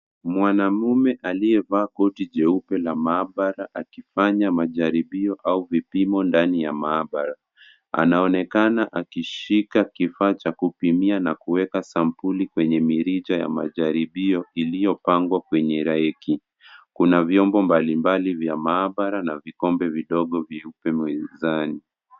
Mwanamume aliyevaa koti jeupe la maabara akifanya majaribio au vipimo ndani ya maabara. Anaonekana akishika kifaa cha kupimia na kuweka sampuli kwenye mirija ya majaribio iliyopangwa kwenye laiki . Kuna vyombo mbalimbali vya maabara na vikombe vidogo vyeupe mezani.